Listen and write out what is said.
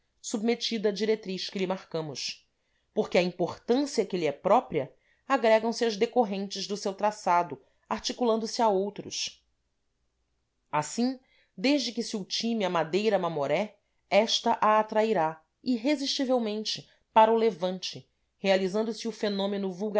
submetida à diretriz que lhe marcamos porque à importância que lhe é própria agregam se as decorrentes do seu traçado articulando se a outros assim desde que se ultime a madeira mamoré esta a atrairá irresistivelmente para o levante realizando se o fenômeno